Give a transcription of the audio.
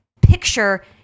picture